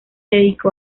dedicó